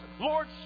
Lord